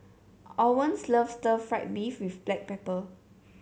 Owens loves Stir Fried Beef with Black Pepper